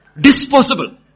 disposable